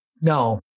No